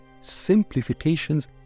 simplifications